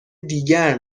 دیگر